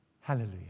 Hallelujah